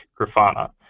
Grafana